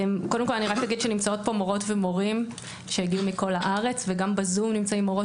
נמצאות פה מורות ומורים שהגיעו מכל הארץ וגם בזום נמצאים מורות